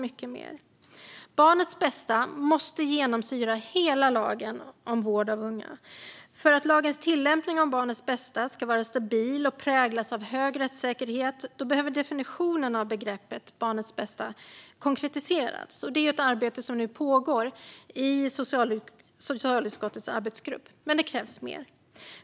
Mycket mer krävs. Barnets bästa måste genomsyra hela lagen om vård av unga. För att lagens tillämpning vad gäller barnets bästa ska vara stabil och präglas av hög rättssäkerhet behöver definitionen av begreppet "barnets bästa" konkretiseras. Det är ett arbete som nu pågår i socialutskottets arbetsgrupp. Men det krävs mer.